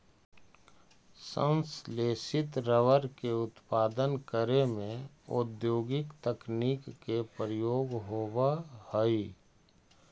संश्लेषित रबर के उत्पादन करे में औद्योगिक तकनीक के प्रयोग होवऽ हइ